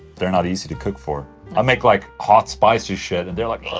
they're not easy to cook for i make like hot spicy shit and they're like